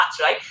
right